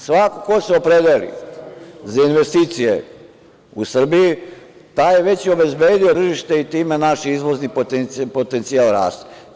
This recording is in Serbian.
Svako ko se opredeli za investicije u Srbiji, taj je već obezbedio tržište i time naš izvozni potencijal raste.